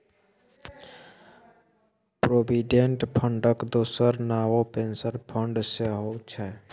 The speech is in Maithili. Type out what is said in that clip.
प्रोविडेंट फंडक दोसर नाओ पेंशन फंड सेहौ छै